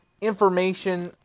information